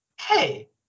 hey